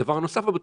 הדבר הנוסף הבטוח,